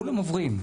כולם עוברים.